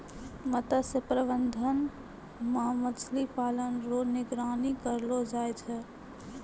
मत्स्य प्रबंधन मे मछली पालन रो निगरानी करलो जाय छै